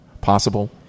possible